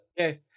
Okay